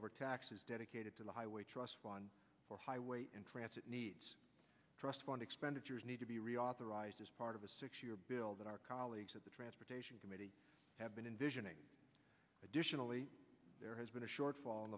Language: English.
over taxes dedicated to the highway trust fund for highways in transit needs trust fund expenditures need to be reauthorized as part of a six year bill that our colleagues at the transportation committee have been in visioning additionally there has been a shortfall